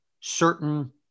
certain